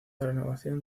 renovación